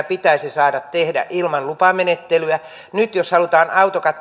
pitäisi saada tehdä ilman lupamenettelyä nyt jos halutaan